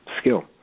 skill